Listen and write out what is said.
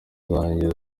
zanjye